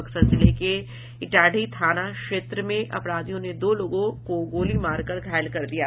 बक्सर जिले के इटाढ़ीथाना क्षेत्र में अपराधियों ने दो लोगों को गोली मारकर घायल कर दिया है